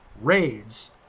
Raids